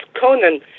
Conan